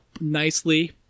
nicely